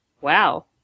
wow